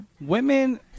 Women